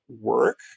work